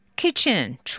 Kitchen